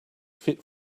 fit